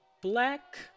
black